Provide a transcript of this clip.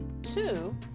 Two